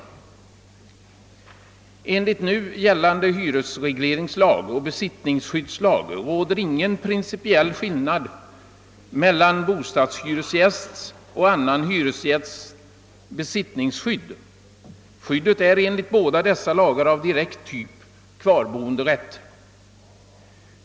Enligt nu gällande hyresregleringslag och besittningsskyddslag råder ingen principiell skillnad mellan bostadshyresgästs och annan hyresgästs besittningsskydd. Skyddet är enligt båda dessa lagar av direkt typ, kvarboenderätt.